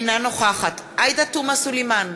אינה נוכחת עאידה תומא סלימאן,